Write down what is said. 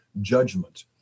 judgment